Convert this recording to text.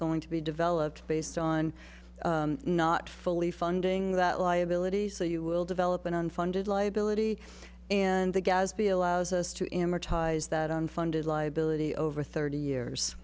going to be developed based on not fully funding that liability so you will develop an unfunded liability and the gadsby allows us to amortize that unfunded liability over thirty years